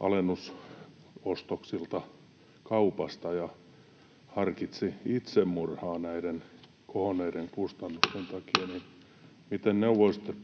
alennusostoksilta kaupasta ja harkitsi itsemurhaa näiden kohonneiden kustannusten takia. Miten neuvoisitte